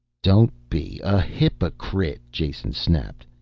don't be a hypocrite! jason snapped,